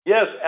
Yes